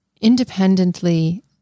independently